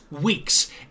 weeks